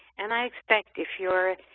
and i expect if you're